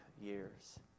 years